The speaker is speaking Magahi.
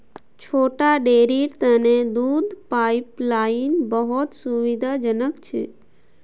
छोटा डेरीर तने दूध पाइपलाइन बहुत सुविधाजनक छ